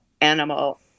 animal